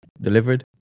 delivered